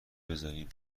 بذاریم